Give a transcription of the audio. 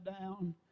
down